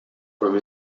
from